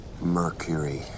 Mercury